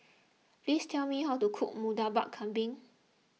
please tell me how to cook Murtabak Kambing